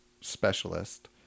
specialist